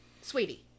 sweetie